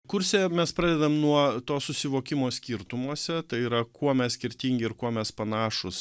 kurse mes pradedam nuo to susivokimo skirtumuose tai yra kuo mes skirtingi ir kuo mes panašūs